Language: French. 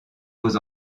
aux